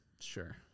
sure